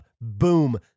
Boom